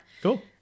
Cool